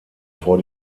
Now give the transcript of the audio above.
vor